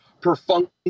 perfunctory